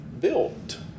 built